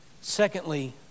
Secondly